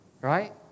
right